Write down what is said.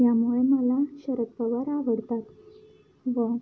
यामुळे मला शरद पवार आवडतात व